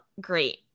great